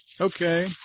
Okay